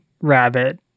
rabbit